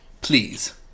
Please